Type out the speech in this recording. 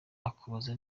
akubaza